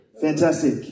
Fantastic